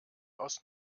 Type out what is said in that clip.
aus